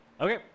Okay